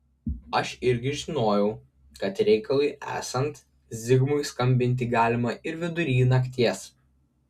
aš irgi žinojau kad reikalui esant zigmui skambinti galima ir vidury nakties